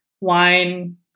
wine